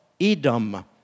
Edom